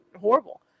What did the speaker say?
horrible